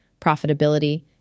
profitability